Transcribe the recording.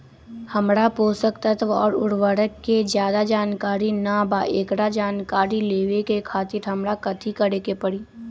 हमरा पोषक तत्व और उर्वरक के ज्यादा जानकारी ना बा एकरा जानकारी लेवे के खातिर हमरा कथी करे के पड़ी?